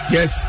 Yes